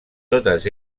totes